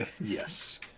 Yes